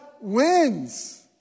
wins